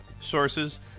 sources